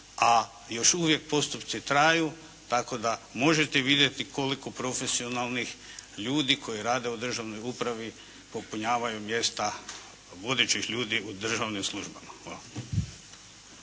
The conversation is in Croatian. a još uvijek postupci traju, tako da možete vidjeti koliko profesionalnih ljudi koji rade u državnoj upravi popunjavaju mjesta vodećih ljudi u državnim službama.